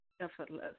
effortless